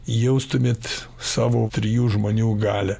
jaustumėt savo trijų žmonių galią